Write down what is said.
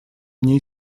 ней